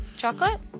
Chocolate